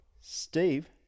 Steve